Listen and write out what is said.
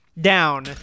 down